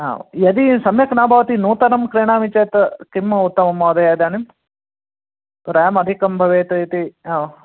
हा यदि सम्यक् न भवति नूतनं क्रीणामि चेत् किम् उत्तमं महोदय इदानीं रेम् अधिकं भवेत् इति हा